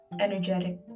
energetic